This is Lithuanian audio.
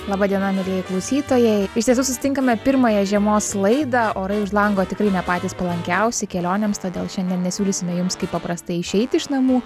laba diena mielieji klausytojai iš tiesų susitinkame pirmąją žiemos laidą orai už lango tikrai ne patys palankiausi kelionėms todėl šiandien nesiūlysime jums kaip paprastai išeiti iš namų